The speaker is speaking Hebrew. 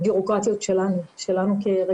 כמה פערים שאנחנו מפינו,